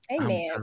Amen